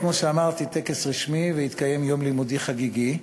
כמו שאמרתי, טקס רשמי והתקיים יום לימודים חגיגי.